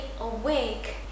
awake